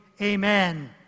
amen